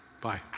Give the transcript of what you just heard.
Bye